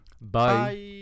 bye